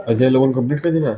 पशुपालन का प्रारंभ कब हुआ?